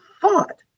thought